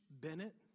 Bennett